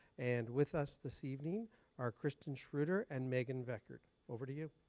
and with us this evening are kristan shrewder, and megan vickerd. over to you.